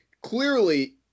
clearly